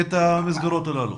את המסגרות האלו?